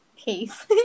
case